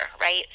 right